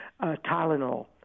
Tylenol